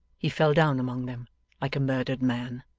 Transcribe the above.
he fell down among them like a murdered man.